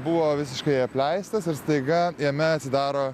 buvo visiškai apleistas ir staiga jame atsidaro